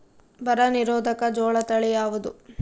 ಬರ ನಿರೋಧಕ ಜೋಳ ತಳಿ ಯಾವುದು?